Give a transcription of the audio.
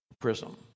prism